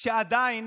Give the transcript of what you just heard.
שעדיין